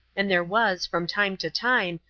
and there was, from time to time,